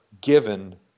given